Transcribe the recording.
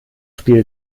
spiel